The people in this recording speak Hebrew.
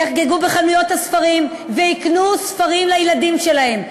יחגגו בחנויות הספרים ויקנו ספרים לילדים שלהם.